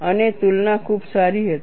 અને તુલના ખૂબ સારી હતી